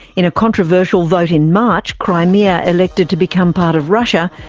in a controversial vote in march, crimea elected to become part of russia,